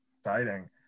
exciting